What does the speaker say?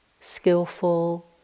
skillful